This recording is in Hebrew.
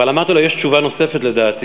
אבל, אמרתי לו, יש תשובה נוספת, לדעתי.